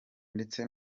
ndetse